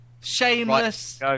Shameless